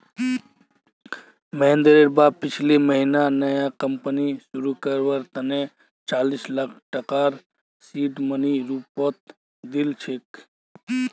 महेंद्रेर बाप पिछले महीना नया कंपनी शुरू करवार तने चालीस लाख टकार सीड मनीर रूपत दिल छेक